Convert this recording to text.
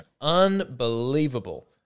Unbelievable